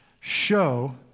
Show